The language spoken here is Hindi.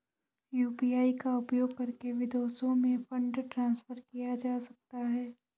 यू.पी.आई का उपयोग करके विदेशों में फंड ट्रांसफर किया जा सकता है?